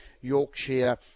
yorkshire